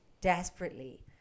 desperately